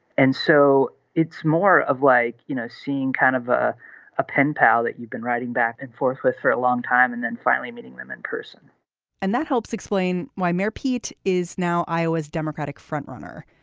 and so it's more of like you know seeing kind of ah a pen pal that you've been writing back and forth with for a long time and then finally meeting them in person and that helps explain why mayor pete is now iowa's democratic frontrunner.